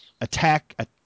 attack